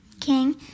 king